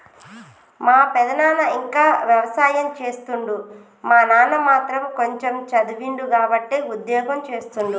మా పెదనాన ఇంకా వ్యవసాయం చేస్తుండు మా నాన్న మాత్రం కొంచెమ్ చదివిండు కాబట్టే ఉద్యోగం చేస్తుండు